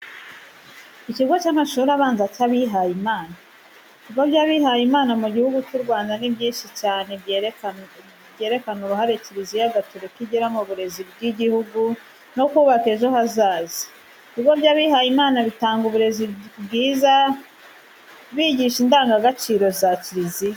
Ikigo cy'amashuri abanza cy'abihaye Imana. Ibigo by'abihaye Imana mu Gihugu cy'u Rwanda ni byinshi cyane byerekana uruhare kiliziya gatorika igira mu burezi bw'igihugu no kubaka ejo hazaza. Ibigo by'abihaye imana bitanga uburezi bwiza bigisha indangagaciro za kiliziya.